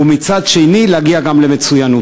ומצד שני להגיע גם למצוינות.